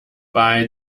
bei